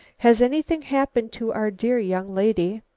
has anything happened to our dear young lady?